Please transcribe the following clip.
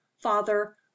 father